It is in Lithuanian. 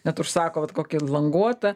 net užsako vat kokį languotą